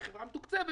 היא חברה מתוקצבת